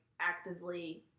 actively